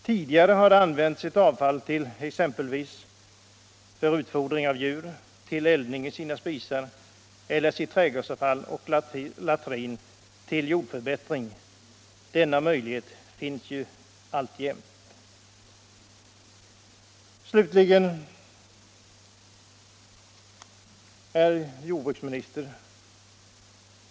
Tidigare har de använt sitt avfall exempelvis för utfodring av djur och eldning i sina spisar eller sitt trädgårdsavfall och sin latrin till jordförbättring. Denna möjlighet finns ju alltjämt. Slutligen, herr jordbruksminister!